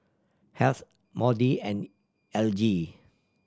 Heath Maude and Elgie